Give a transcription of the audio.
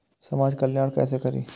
समाज कल्याण केसे करी?